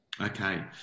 Okay